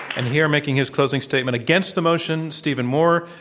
and here making his closing statement against the motion, stephen moore,